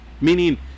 meaning